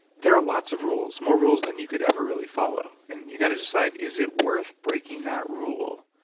there are lots of rules more rules than you could ever really follow. and you've got to decide is it worth breaking that rule?